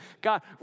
God